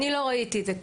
אני לא ראיתי את זה.